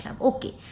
okay